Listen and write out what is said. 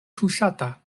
tuŝata